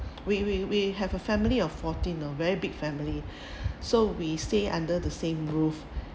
we we we have a family of fourteen orh very big family so we stay under the same roof